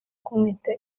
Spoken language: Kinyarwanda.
kumwita